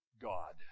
God